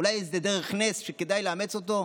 אולי באיזו דרך נס שכדאי לאמץ אותה,